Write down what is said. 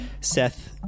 Seth